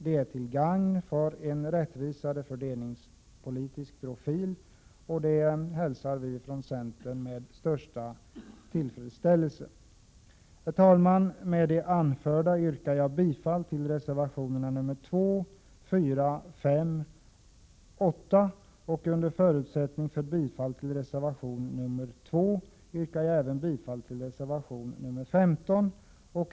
Det är till gagn för en rättvisare fördelningspolitisk profil. Från centerns sida hälsar vi detta med största tillfredsställelse. Herr talman! Med det anförda yrkar jag bifall till reservationerna nr 2, 4,5 och 8. Under förutsättning av bifall till reservation nr 2 yrkar jag även bifall till reservation nr 15.